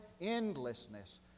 endlessness